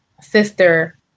sister